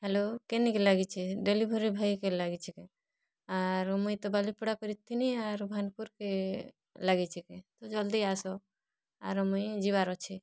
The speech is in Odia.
ହ୍ୟାଲୋ କେନ୍କେ ଲାଗିଛେ ଡ଼େଲିଭରି ଭାଇ କେ ଲାଗିଛେ କେଁ ଆରୁ ମୁଇଁ ତ ବାଲିପଡ଼ା କରିଥିଲି ଆରୁ ଭାନ୍ପୁର୍ କେ ଲାଗିଛେ କେଁ ତ ଜଲ୍ଦି ଆସ ଆରୁ ମୁଇଁ ଯିବାର୍ ଅଛେ